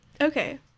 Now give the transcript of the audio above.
Okay